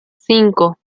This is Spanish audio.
cinco